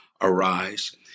arise